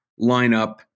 lineup